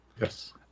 Yes